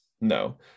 no